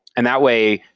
and that way,